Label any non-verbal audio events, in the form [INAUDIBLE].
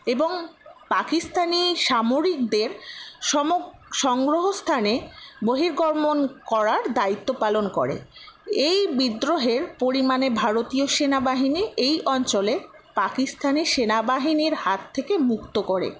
এবং পাকিস্তানী সামরিকদের [UNINTELLIGIBLE] সংগ্রহ স্থানে বহির্গমন করার দায়িত্ব পালন করে এই বিদ্রোহের পরিমাণে ভারতীয় সেনাবাহিনী এই অঞ্চলে পাকিস্তানী সেনাবাহিনীর হাত থেকে মুক্ত করে